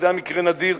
שהיה מקרה נדיר,